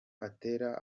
atera